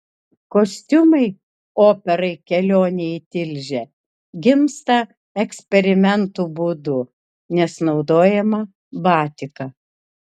kostiumai operai kelionė į tilžę gimsta eksperimentų būdu nes naudojama batika